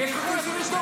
ויש לך קשר איתו?